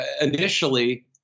initially